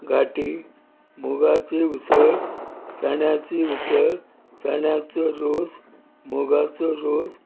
घाटी मुगाची उसळ चण्याची उसळ चण्याचो रोस मुगाचो रोस